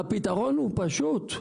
והפתרון הוא פשוט.